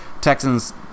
Texans